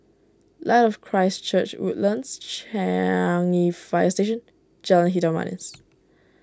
Light of Christ Church Woodlands Changi Fire Station Jalan Hitam Manis